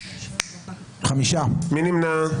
מי נמנע?